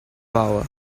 power